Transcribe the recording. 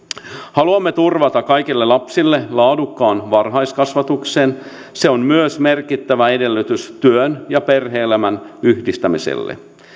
haluamme turvata kaikille lapsille laadukkaan varhaiskasvatuksen se on myös merkittävä edellytys työn ja perhe elämän yhdistämiselle